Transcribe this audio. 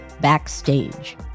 Backstage